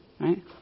right